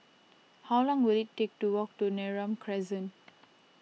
how long will it take to walk to Neram Crescent